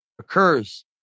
occurs